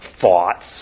thoughts